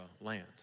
land